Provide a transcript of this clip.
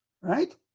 right